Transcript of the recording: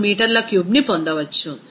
255 మీటర్ల క్యూబ్ని పొందవచ్చు